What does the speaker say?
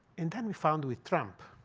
and then we found with trump